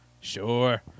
Sure